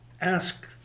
ask